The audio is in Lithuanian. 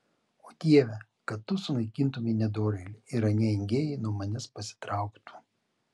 o dieve kad tu sunaikintumei nedorėlį ir anie engėjai nuo manęs pasitrauktų